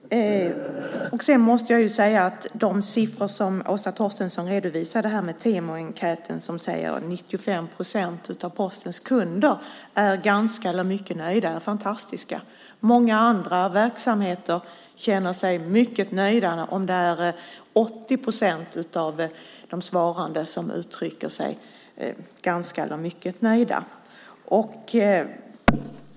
Sedan måste jag säga att de siffror från Temoenkäten som Åsa Torstensson hänvisade till, som säger att 95 procent av Postens kunder är ganska eller mycket nöjda, är fantastiska. I många andra verksamheter känner man sig mycket nöjda om 80 procent av de svarande uttrycker att de är ganska eller mycket nöjda.